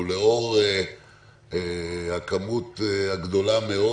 ולאור הכמות הגדולה מאוד,